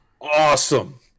awesome